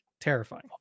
Terrifying